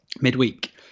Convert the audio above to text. midweek